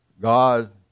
God